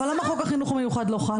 אבל למה חוק החינוך המיוחד לא חל?